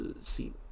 see